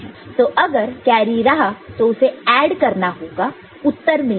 तो अगर कैरी रहा तो उसे ऐड करना होगा उत्तर मिलने के लिए